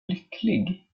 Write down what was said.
lycklig